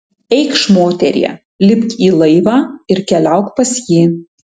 eikš moterie lipk į laivą ir keliauk pas jį